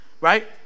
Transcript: right